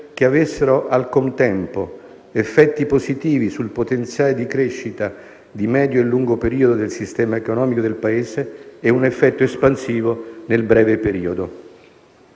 che avessero, al contempo, effetti positivi sul potenziale di crescita di medio e lungo periodo del sistema economico del Paese e un effetto espansivo nel breve periodo.